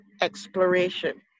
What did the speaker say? exploration